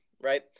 Right